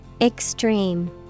Extreme